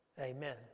Amen